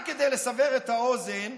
רק כדי לסבר את האוזן,